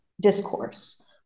discourse